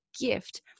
gift